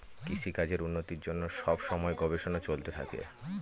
কৃষিকাজের উন্নতির জন্য সব সময় গবেষণা চলতে থাকে